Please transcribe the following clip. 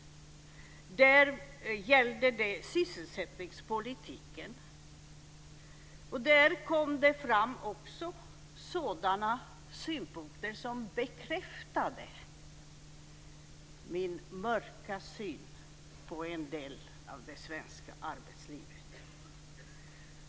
Det gällde sysselsättningspolitiken. Där kom det också fram sådana synpunkter som bekräftade min mörka syn på en del av det svenska arbetslivet.